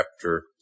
chapter